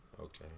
okay